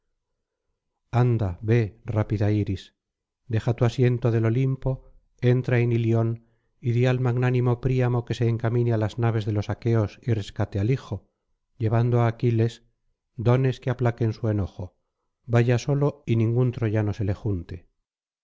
ve rápida iris deja tu asiento del olimpo entra en ilion y di al magnánimo príamo que se encamine á las naves de los aqueos y rescate al hijo llevando á aquiles dones que aplaquen su enojo vaya solo y ningún troyano se le junte